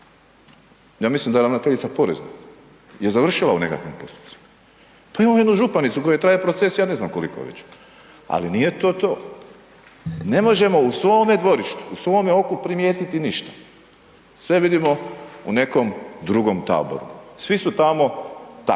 Ja mislim da je ravnateljica Porezne je završila u nekakvim postupcima, pa imamo jednu županicu kojoj traje proces ja ne znam koliko već, ali nije to to. Ne možemo u svome dvorištu u svome oku primijetiti ništa, sve vidimo u nekom drugom taboru, svi su tamo takvi.